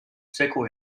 segu